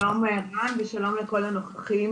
שלום רם, ושלום לכל הנוכחים.